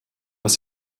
was